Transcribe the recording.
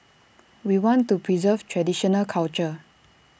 we want to preserve traditional culture